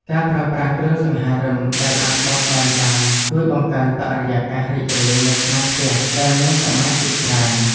ការប្រើប្រាស់គ្រឿងសង្ហារិមដែលអាចបត់បែនបានជួយបង្កើនបរិយាកាសរីករាយនៅក្នុងផ្ទះដែលមានសមាជិកច្រើន។